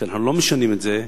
שאנחנו לא משנים את זה,